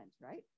right